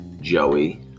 joey